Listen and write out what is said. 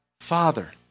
Father